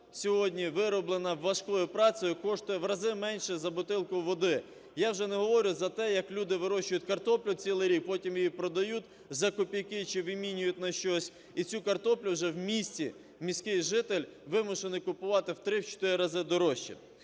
сьогодні вироблена важкою працею коштує в рази менше за бутылку води. Я вже не говорю за те, як люди вирощують картоплю цілий рік, потім її продають за копійки чи вимінюють на щось, і цю картоплю вже в місті міський житель вимушений купувати в 3, в 4 рази дорожче.